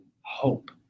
hope